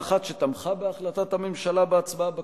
אחת שתמכה בהחלטת הממשלה בהצבעה בכנסת,